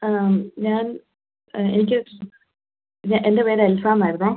ഞാൻ എനിക്ക് ഞാൻ എൻ്റെ പേര് അൽസ എന്നായിരുന്നെ